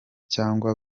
cyangwa